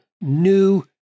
new